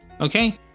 Okay